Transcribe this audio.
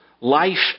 life